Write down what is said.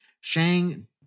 Shang